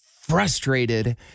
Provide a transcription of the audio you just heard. frustrated